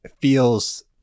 feels